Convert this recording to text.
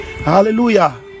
hallelujah